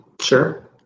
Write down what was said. Sure